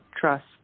trust